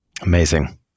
Amazing